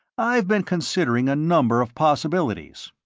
i've been considering a number of possibilities.